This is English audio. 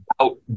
out